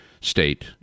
state